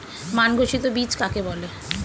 মান ঘোষিত বীজ কাকে বলে?